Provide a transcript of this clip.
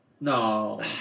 no